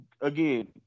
again